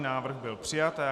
Návrh byl přijat.